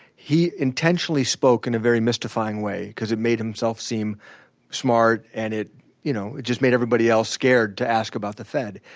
he intentionally spoke in a very mystifying way because it made himself seem smart and you know it just made everybody else scared to ask about the fed.